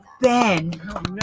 Ben